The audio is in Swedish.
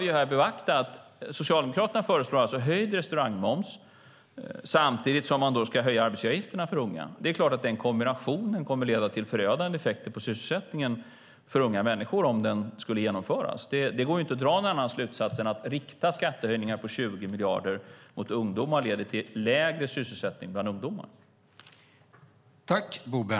Vi bör beakta att Socialdemokraterna föreslår både höjd restaurangmoms och höjda arbetsgivaravgifter för unga. Det är klart att den kombinationen skulle leda till förödande effekter för sysselsättningen bland unga människor om den skulle genomföras. Det går inte att dra någon annan slutsats än att riktade skattehöjningar på 20 miljarder mot ungdomar leder till lägre sysselsättning bland ungdomar.